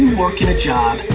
work in a job,